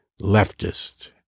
leftist